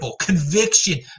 Conviction